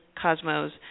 Cosmos